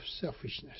selfishness